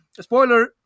Spoiler